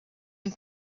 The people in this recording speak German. und